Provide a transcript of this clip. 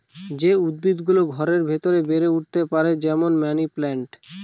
যে উদ্ভিদ গুলো ঘরের ভেতরে বেড়ে উঠতে পারে, যেমন মানি প্লান্ট